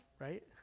right